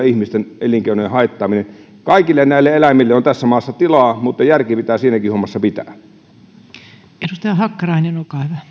ihmisten elinkeinojen haittaaminen näillä luonnonsuojeluasioilla kaikille näille eläimille on tässä maassa tilaa mutta järki pitää siinäkin hommassa pitää